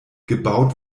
gebaut